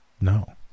no